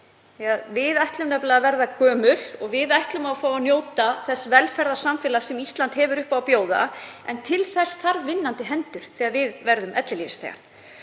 Við ætlum nefnilega að verða gömul og við ætlum að fá að njóta þess velferðarsamfélags sem Ísland hefur upp á að bjóða en til þess þarf vinnandi hendur þegar við verðum ellilífeyrisþegar.